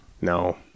No